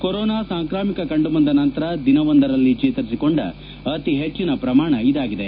corona ಸಾಂಕ್ರಾಮಿಕ ಕಂಡುಬಂದ ನಂತರ ದಿನವೊಂದರಲ್ಲಿ ಚೇತರಿಸಿಕೊಂಡ ಅತಿ ಹೆಚ್ಚಿನ ಪ್ರಮಾಣ ಇದಾಗಿದೆ